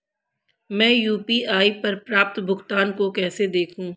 मैं यू.पी.आई पर प्राप्त भुगतान को कैसे देखूं?